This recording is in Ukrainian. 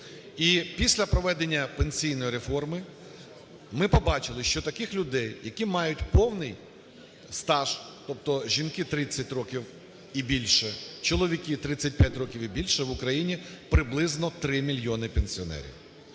після проведення пенсійної реформи ми побачили, що таких людей, які мають повний стаж, тобто жінки 30 років і більше, чоловіки 35 років і більше, в Україні приблизно 3 мільйони пенсіонерів.